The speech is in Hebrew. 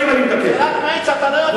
זה רק מעיד שאתה לא יודע,